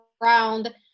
ground